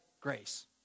grace